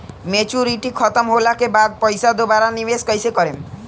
Maturity खतम होला के बाद पईसा दोबारा निवेश कइसे करेम?